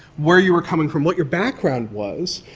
where you are coming from, what your background was,